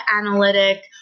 analytic